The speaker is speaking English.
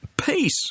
peace